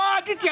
לא, אל תתייחסי.